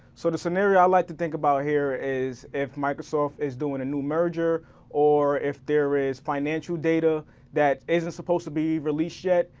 so the scenario i like to think about here is if microsoft is doing a new merger or if there is financial data that isn't supposed to be released yet,